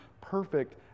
perfect